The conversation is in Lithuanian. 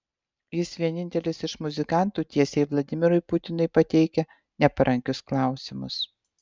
jis vienintelis iš muzikantų tiesiai vladimirui putinui pateikia neparankius klausimus